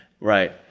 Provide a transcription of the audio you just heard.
Right